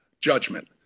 judgment